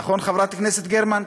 נכון, חברת הכנסת גרמן?